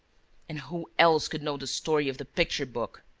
and who else could know the story of the picture-book?